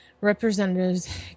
Representatives